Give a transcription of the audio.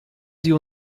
sie